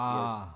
Yes